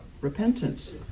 Repentance